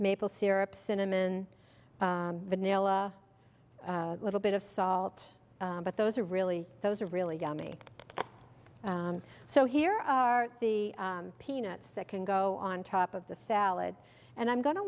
maple syrup cinnamon vanilla a little bit of salt but those are really those are really yummy so here are the peanuts that can go on top of the salad and i'm going to